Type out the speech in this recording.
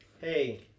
Hey